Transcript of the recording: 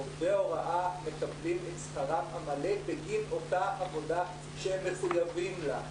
עובדי ההוראה מקבלים את שכרם המלא בגין אותה עבודה שהם מחויבים לה.